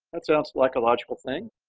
that sounds like a logical thing.